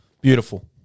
Beautiful